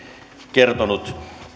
kertonut